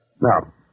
Now